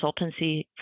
consultancy